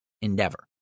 endeavor